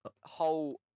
whole